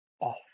off